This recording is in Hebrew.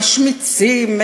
משמיצים,